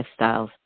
Lifestyles